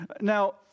Now